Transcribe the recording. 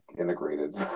integrated